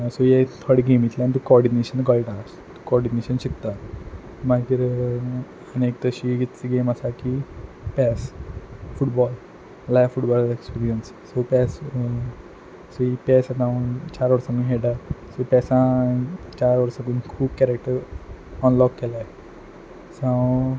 so ह्या थोड्या गेमींतल्यान तुका कॉर्डिनेशन कयटा कॉर्डिनेशन शिकता मागीर आनी एक तशीच गेम आसा की PES football live football experiences so PES so ही पॅस आतां चार वर्सांनी खेयटा सो पॅसांन चार वर्सां खूब केरॅक्टर अनलॉक केलें सा